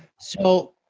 so,